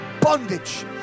bondage